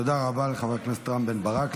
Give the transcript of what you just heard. תודה רבה לחבר הכנסת רם בן ברק.